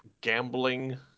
gambling